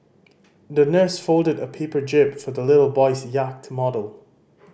the nurse folded a paper jib for the little boy's yacht model